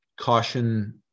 caution